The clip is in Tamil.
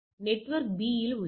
நெட்வொர்க் B உள்ளது